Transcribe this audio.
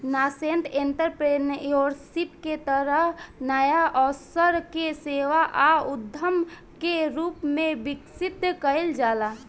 nascent entrepreneurship के तहत नाया अवसर के सेवा आ उद्यम के रूप में विकसित कईल जाला